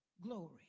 glory